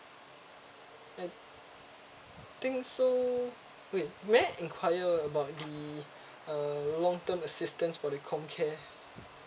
I think so wait may I enquire about the uh long term assistance for the com care